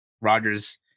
Rodgers